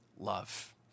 Love